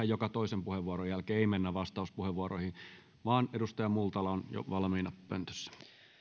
joka toisen puheenvuoron jälkeen mennä vastauspuheenvuoroihin vaan edustaja multala on jo valmiina pöntössä